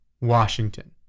Washington